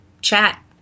chat